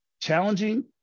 challenging